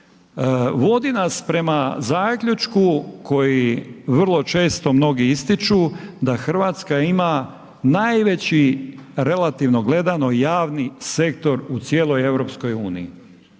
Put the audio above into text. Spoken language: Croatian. vodi nas prema zaključku koji vrlo često mnogi ističu, da Hrvatska ima najveći relativno gledano, javni sektor u cijeloj EU, da ukupni